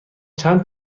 چند